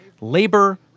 labor